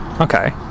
Okay